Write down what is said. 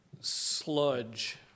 sludge